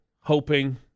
hoping